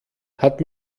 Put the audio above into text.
hat